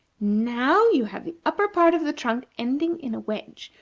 now you have the upper part of the trunk ending in a wedge,